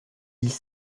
dix